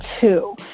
two